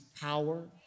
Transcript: power